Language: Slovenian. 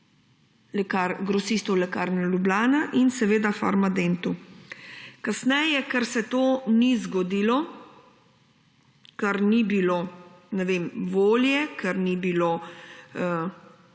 statusa grosistov Lekarne Ljubljana in seveda Farmadentu. Kasneje, ker se to ni zgodilo, ker ni bilo, ne vem, volje, ker ni bilo